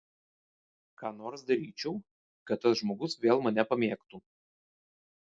ką nors daryčiau kad tas žmogus vėl mane pamėgtų